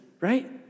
right